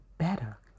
better